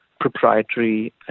proprietary